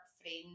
friend